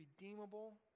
redeemable